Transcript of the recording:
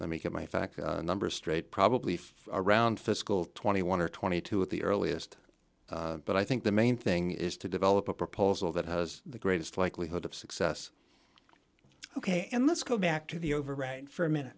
let me get my facts number straight probably for around fiscal twenty one or twenty two at the earliest but i think the main thing is to develop a proposal that has the greatest likelihood of success ok and let's go back to the overwrite for a minute